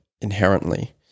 inherently